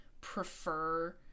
prefer